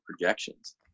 projections